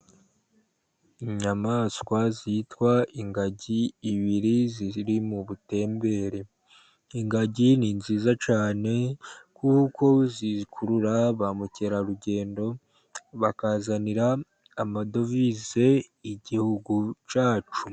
Inyamaswa zitwa ingagi ebyiri ziri mu butembere. Ingagi ni nziza cyane kuko zikurura ba mukerarugendo bakazanira amadovize Igihugu cyacu.